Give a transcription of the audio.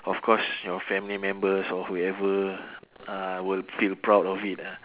of course your family members or whoever uh will feel proud of it lah